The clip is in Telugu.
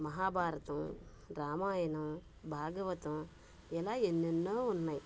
మహాభారతం రామాయణం భాగవతం ఇలా ఎన్నెన్నో ఉన్నాయి